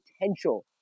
potential